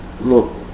Look